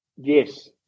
yes